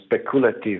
speculative